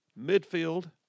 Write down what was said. Midfield